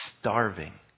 starving